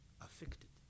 affected